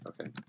Okay